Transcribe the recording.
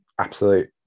absolute